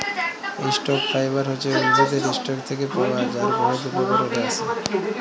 stock fibre হছে উদ্ভিদের ইসটক থ্যাকে পাওয়া যার বহুত উপকরলে আসে